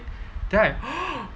then I